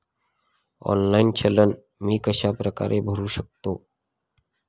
Online चलन मी कशाप्रकारे भरु शकतो?